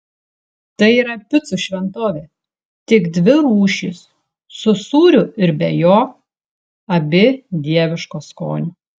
tai yra picų šventovė tik dvi rūšys su sūriu ir be jo abi dieviško skonio